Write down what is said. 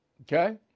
okay